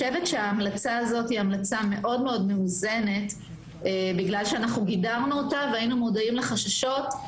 ההמלצה הזו היא מאוד מאוזנת כי גידרנו אותה והיינו מודעים לחששות.